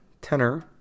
tenor